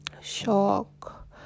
shock